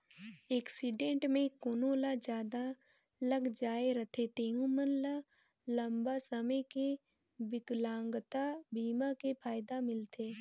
accident मे कोनो ल जादा लग जाए रथे तेहू मन ल लंबा समे के बिकलांगता बीमा के फायदा मिलथे